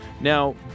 Now